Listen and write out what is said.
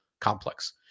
complex